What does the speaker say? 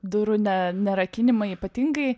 durų ne nerakinimą ypatingai